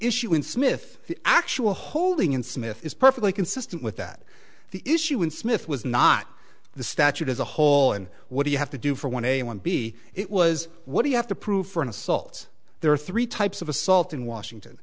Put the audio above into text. issue in smith the actual holding in smith is perfectly consistent with that the issue in smith was not the statute as a whole and what do you have to do for one a one b it was what do you have to prove for an assault there are three types of assault in washington